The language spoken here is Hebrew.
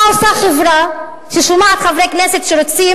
מה עושה חברה ששומעת חברי כנסת שרוצים